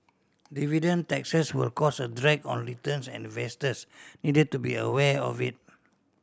dividend taxes will cause a drag on returns and investors need to be aware of it